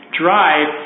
drive